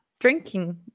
drinking